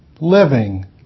living